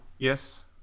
yes